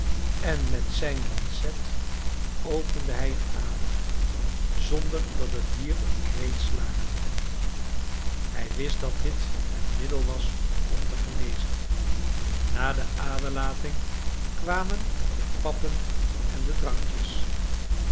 en met zijn lancet opende hij een ader zonder dat het dier een kreet slaakte hij wist dat dit het middel was om te genezen na de aderlating kwamen de pappen en de drankjes